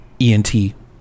ENT